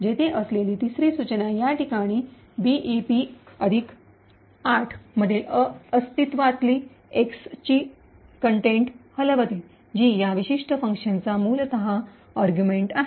येथे असलेली तिसरी सूचना या ठिकाणी ईबीपी अधिक 8 मधील अस्तित्वातील एक्सची सामग्री कंटेन - content हलवते जी या विशिष्ट फंक्शनचा मूलत युक्तिवाद अर्गुमेट argument आहे